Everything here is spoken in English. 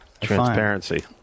Transparency